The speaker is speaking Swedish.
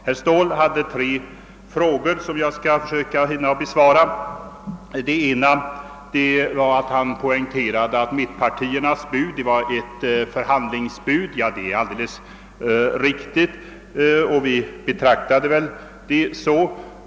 Herr Ståhl tog upp tre punkter, som jag skall försöka hinna kommentera. Han poängterade att mittenpartiernas förslag var ett förhandlingsbud. Ja, det är alldeles riktigt, och vi betraktade det på detta sätt.